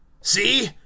see